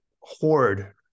hoard